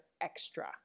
extra